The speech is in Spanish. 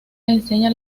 enseña